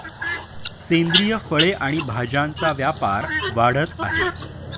सेंद्रिय फळे आणि भाज्यांचा व्यापार वाढत आहे